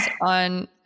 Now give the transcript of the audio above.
on